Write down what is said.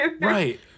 right